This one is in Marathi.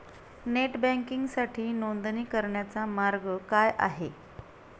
नेट बँकिंगसाठी नोंदणी करण्याचा मार्ग काय आहे?